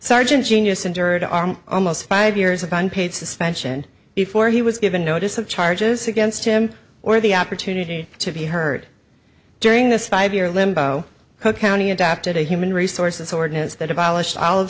sergeant genius injured arm almost five years on paid suspension before he was given notice of charges against him or the opportunity to be heard during this five year limbo cook county adopted a human resources ordinance that abolish